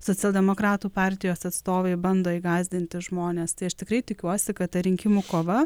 socialdemokratų partijos atstovai bando įgąsdinti žmones tai aš tikrai tikiuosi kad ta rinkimų kova